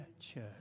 church